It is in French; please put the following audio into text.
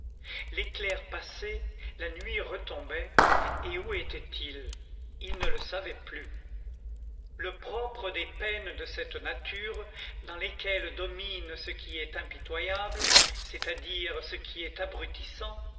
l'éclair passé la nuit retombait et où était-il il ne le savait plus le propre des peines de cette nature dans lesquelles domine ce qui est impitoyable c'est-à-dire ce qui est abrutissant